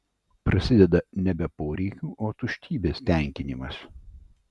prasideda nebe poreikių o tuštybės tenkinimas